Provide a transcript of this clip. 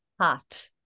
hot